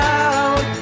out